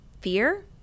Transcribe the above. fear